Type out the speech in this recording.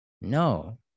No